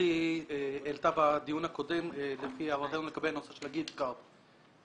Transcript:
שגברתי העלתה בדיון הקודם לגבי גיפטקארד.